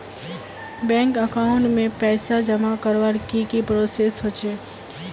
Bank account में पैसा जमा करवार की की प्रोसेस होचे?